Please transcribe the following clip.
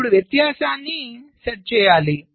ఇప్పుడు వ్యత్యాసాన్ని సెట్ చేయాలి